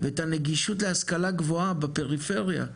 ואת הנגישות להשכלה גבוהה בפריפריה,